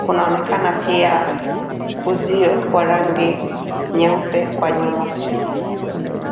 Kunaonekana pia uzio wa rangi nyeupe kwa nyuma.